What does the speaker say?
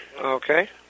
Okay